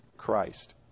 Christ